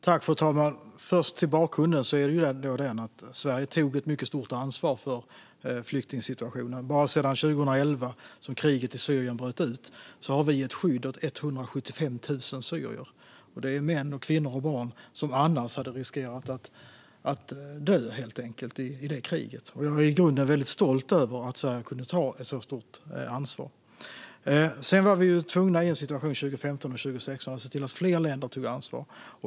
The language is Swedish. Fru talman! För att börja med bakgrunden är den att Sverige har tagit ett mycket stort ansvar för flyktingsituationen. Bara sedan 2011 då kriget i Syrien bröt ut har vi gett skydd åt 175 000 syrier - män, kvinnor och barn som annars hade riskerat att dö, helt enkelt, i kriget. Jag är i grunden väldigt stolt över att Sverige kunde ta ett så stort ansvar. Sedan var vi 2015 och 2016 i en situation där vi var tvungna att se till att fler länder tog ansvar.